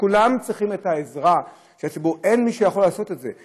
כולם צריכים את העזרה, אין מי שיכול לעשות את זה.